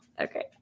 Okay